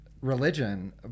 religion